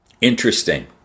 Interesting